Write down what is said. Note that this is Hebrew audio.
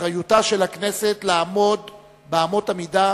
באחריותה של הכנסת לעמוד באמות המידה